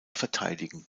verteidigen